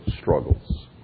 struggles